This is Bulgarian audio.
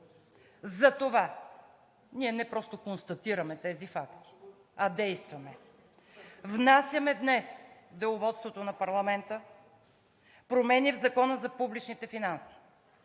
затова ние не просто констатираме тези факти, а действаме. Внасяме днес в Деловодството на парламента промени в Закона за публичните финанси,